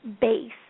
base